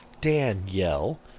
Danielle